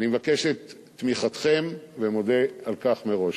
אני מבקש את תמיכתכם ומודה על כך מראש.